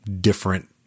different